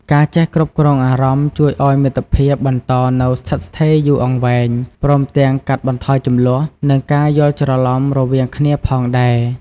ការចេះគ្រប់់គ្រងអារម្មណ៍ជួយឱ្យមិត្តភាពបន្តនៅស្ថិតស្ថេរយូរអង្វែង ព្រមទាំងកាត់បន្ថយជម្លោះ និងការយល់ច្រឡំរវាងគ្នាផងដែរ។